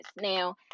Now